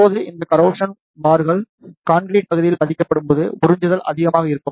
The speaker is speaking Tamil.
இப்போது இந்த கரோசன் பார்கள் கான்கிரீட் பகுதியில் பதிக்கப்படும்போது உறிஞ்சுதல் அதிகமாக இருக்கும்